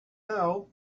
now